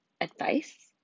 advice